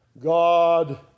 God